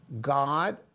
God